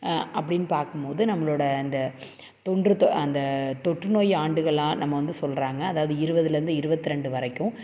அப்படின்னு பார்க்கும்போது நம்மளோட அந்த தொன்று அந்த தொற்றுநோய் ஆண்டுகளாக நம்ம வந்து சொல்கிறாங்க அதாவது இருபதுலேர்ந்து இருபத்தி ரெண்டு வரைக்கும்